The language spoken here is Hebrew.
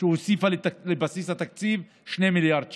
הוסיפה לבסיס התקציב 2 מיליארד שקל.